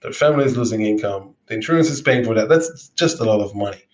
their family is losing income, insurance is paying for that, that's just a lot of money.